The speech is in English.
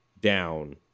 down